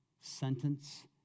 sentence